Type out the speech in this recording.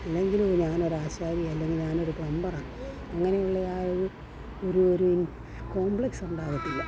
അല്ലെങ്കിലും ഞാനൊരു ആശാരിയാണ് അല്ലെങ്കിൽ ഞാനൊരു പ്ലംബറാ അങ്ങനെയുള്ളയാൾ ഒരു ഒരു ഇൻ കോപ്ലെക്സ് ഉണ്ടാവത്തില്ല